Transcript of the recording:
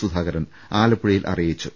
സുധാകരൻ ആലപ്പുഴയിൽ അറിയിച്ചു